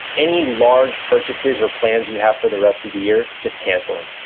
any large purchases or plans you have for the rest of the year, just cancel them.